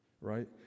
right